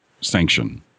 sanction